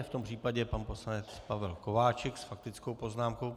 V tom případě pan poslanec Pavel Kováčik s faktickou poznámkou.